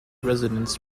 residents